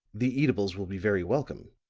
the eatables will be very welcome.